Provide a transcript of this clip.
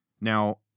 Now